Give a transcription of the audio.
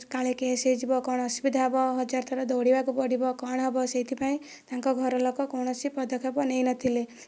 କାଳେ କେସ୍ ହୋଇଯିବ କ'ଣ ଅସୁବିଧା ହେବ ହଜାର ଥର ଦୌଡ଼ିବାକୁ ପଡ଼ିବ କ'ଣ ହେବ ସେଇଥିପାଇଁ ତାଙ୍କ ଘରଲୋକ କୌଣସି ପଦକ୍ଷେପ ନେଇନଥିଲେ